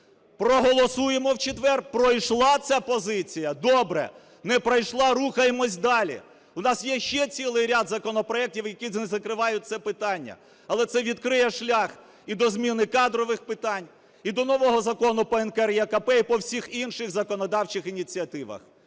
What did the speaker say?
Проголосуємо в четвер, пройшла ця позиція – добре, не пройшла – рухаємося далі. В нас є ще цілий ряд законопроектів, які закривають це питання. Але це відкриє шлях і до зміни кадрових питань, і до нового Закону по НКРЕКП, і по всіх інших законодавчих ініціативах.